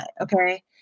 Okay